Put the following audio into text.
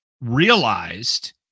realized